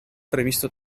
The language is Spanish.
previsto